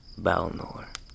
Balnor